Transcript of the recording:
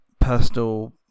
personal